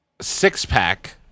six-pack